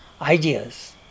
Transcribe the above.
ideas